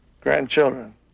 grandchildren